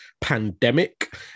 pandemic